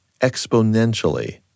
exponentially